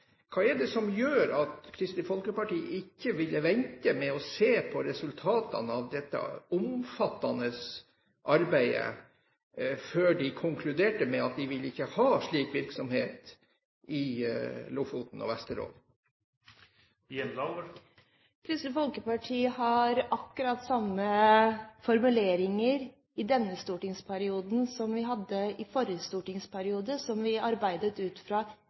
Hva er det som gjør at Kristelig Folkeparti ikke ville vente og se på resultatene av dette omfattende arbeidet før de konkluderte med at de ikke vil ha slik virksomhet i Lofoten og Vesterålen? Kristelig Folkeparti har akkurat samme formuleringer i denne stortingsperioden som vi hadde i forrige stortingsperiode, og som vi arbeidet ut fra